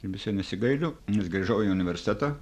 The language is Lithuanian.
ir visai nesigailiu nes grįžau į universitetą